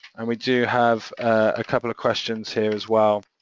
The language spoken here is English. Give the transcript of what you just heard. and we do have a couple of questions here as well